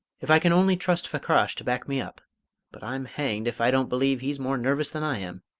if i can only trust fakrash to back me up but i'm hanged if i don't believe he's more nervous than i am!